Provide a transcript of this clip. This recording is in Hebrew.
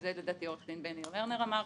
וזה עו"ד בני לרנר אמר,